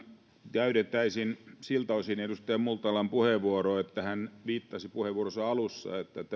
täydentäisin siltä osin edustaja multalan puheenvuoroa kun hän viittasi puheenvuoronsa alussa siihen että tämä yrittäjien